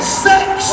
sex